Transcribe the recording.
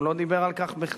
הוא לא דיבר על כך בכלל.